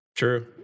True